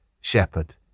shepherd